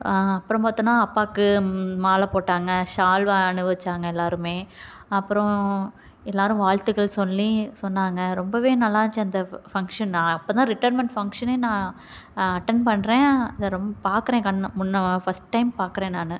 அப்புறம் பார்த்தோன்னா அப்பாவுக்கு மாலை போட்டாங்க சால்வ அணிவிச்சாங்க எல்லாருமே அப்புறம் எல்லாரும் வாழ்த்துக்கள் சொல்லி சொன்னாங்க ரொம்பவே நல்லாருந்துச்சி அந்த ஃபங்க்ஷன் அப்போ தான் ரிட்டேர்மெண்ட் ஃபங்க்ஷனே நான் அட்டன் பண்ணுறேன் அதை ரொம்ப பார்க்குறேன் கண் முன்னே ஃபஸ்ட் டைம் பார்க்குறேன் நான்